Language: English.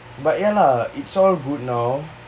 but ya lah it's all good now